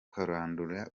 kurandura